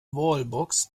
wallbox